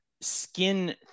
skin